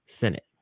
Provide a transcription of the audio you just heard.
Senate